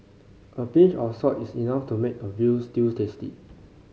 a pinch of salt is enough to make a veal stew tasty